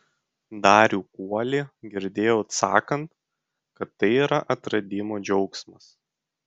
darių kuolį girdėjau sakant kad tai yra atradimo džiaugsmas